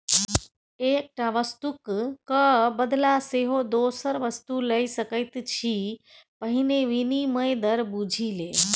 एकटा वस्तुक क बदला सेहो दोसर वस्तु लए सकैत छी पहिने विनिमय दर बुझि ले